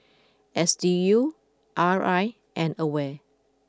S D U R I and Aware